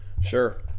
Sure